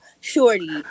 shorty